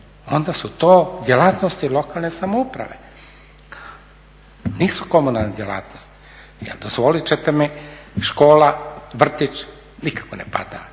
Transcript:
Onda su to djelatnosti lokalne samouprave, nisu komunalne djelatnosti. Jer dozvolit ćete mi škola, vrtić nikako ne pada